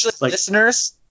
listeners